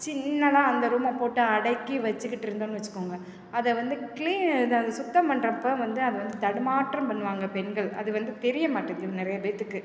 சின்னதாக அந்த ரூம்மை போட்டு அடக்கி வச்சுக்கிட்டு இருந்தோம்னு வச்சிக்கோங்க அதை வந்து க்ளீன் இது சுத்தம் பண்ணுறப்ப வந்து அது வந்து தடுமாற்றம் பண்ணுவாங்கள் பெண்கள் அது வந்து தெரிய மாட்டுன்து நிறையா பேர்த்துக்கு